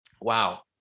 Wow